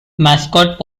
mascot